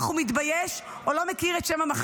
אך הוא מתבייש או לא מכיר את שם המחלה.